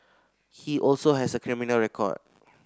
he also has a criminal record